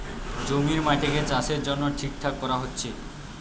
জমির মাটিকে চাষের জন্যে ঠিকঠাক কোরা হচ্ছে